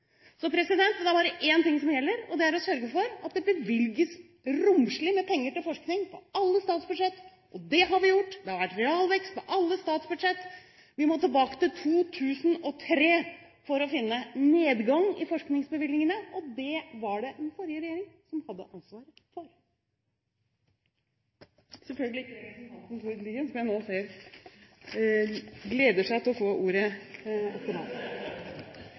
Så hvis det var sånn at Stortinget ønsket å redusere forskningsbevilgningene, kunne man jo bare gå på en annen del av det som var til forskning. Det er bare én ting som gjelder, og det er å sørge for at det bevilges romslig med penger til forskning på alle statsbudsjetter. Det har vi gjort. Det har vært realvekst på alle statsbudsjetter. Vi må tilbake til 2003 for å finne nedgang i forskningsbevilgningene, og det var det den forrige regjering som hadde ansvaret for – og selvfølgelig